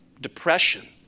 depression